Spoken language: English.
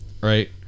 right